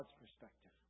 perspective